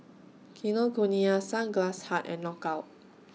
Kinokuniya Sunglass Hut and Knockout